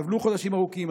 סבלו חודשים ארוכים,